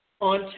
on